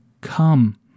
Come